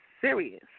serious